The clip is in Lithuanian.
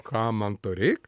kam man to reik